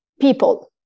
people